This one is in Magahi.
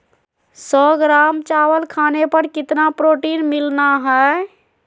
सौ ग्राम चावल खाने पर कितना प्रोटीन मिलना हैय?